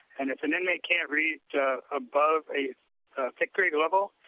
and if an inmate can't read above a fifth grade level,